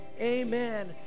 amen